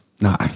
no